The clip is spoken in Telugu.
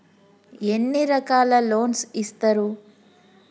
ఎన్ని రకాల లోన్స్ ఇస్తరు?